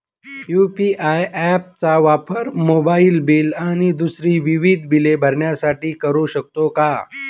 UPI app चा वापर mobile bill आणि दुसरी विविध बिले भरण्यासाठी करू शकतो का?